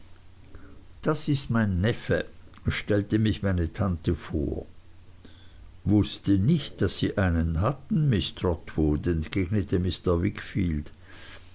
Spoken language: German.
das ist mein neffe stellte mich meine tante vor wußte nicht daß sie einen hatten miß trotwood entgegnete